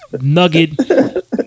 Nugget